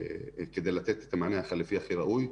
כדי לתת את המענה החלופי הכי ראוי.